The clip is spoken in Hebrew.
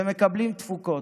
והם מקבלים תפוקות,